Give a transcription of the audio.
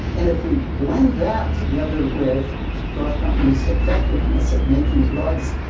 and if we blend that together with drug companies' effectiveness at making drugs,